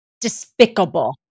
despicable